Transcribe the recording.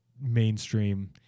mainstream